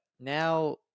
now